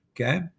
okay